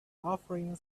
offering